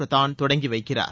பிரதான் தொடங்கி வைக்கிறார்